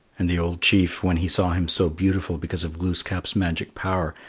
and the old chief, when he saw him so beautiful because of glooskap's magic power,